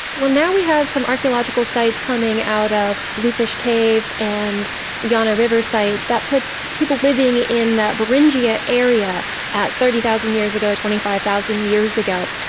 well, now we have some archaeological sites coming out of bluefish cave and yana river site that puts people living in that beringia area at thirty thousand years ago, twenty five thousand years ago.